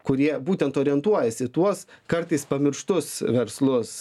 kurie būtent orientuojasi į tuos kartais pamirštus verslus